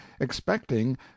expecting